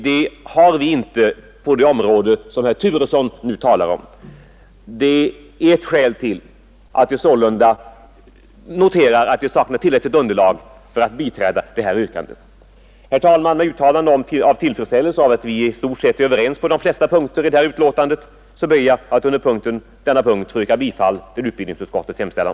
Detta har vi inte på det område som herr Turesson talar om. Det är ett skäl till att vi sålunda noterar att vi saknar tillräckligt underlag för att biträda hans motionsyrkande. Herr talman! Med uttalande av tillfredsställelse över att vi i stort sett är ense på de flesta punkter i detta betänkande, ber jag att på denna punkt få yrka bifall till utbildningsutskottets hemställan.